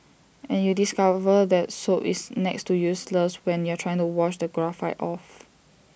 and you discover that soap is next to useless when you are trying to wash the graphite off